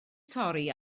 torri